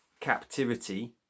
captivity